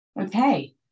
okay